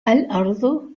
الأرض